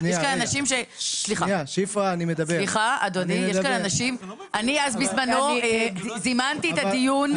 סליחה אדוני, אני בזמנו זימנתי את הדיון.